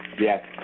Yes